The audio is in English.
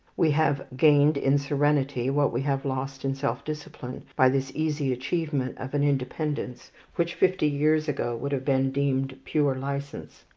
we have gained in serenity what we have lost in self-discipline by this easy achievement of an independence which, fifty years ago, would have been deemed pure licence.